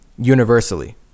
universally